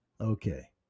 okay